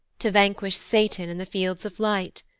to vanquish satan in the fields of light?